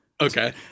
Okay